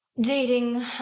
dating